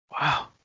Wow